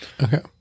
Okay